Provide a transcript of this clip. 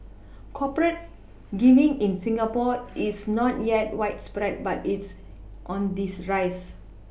corporate giving in Singapore is not yet widespread but it's on these rise